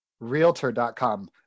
Realtor.com